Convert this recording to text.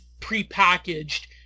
prepackaged